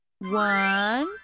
One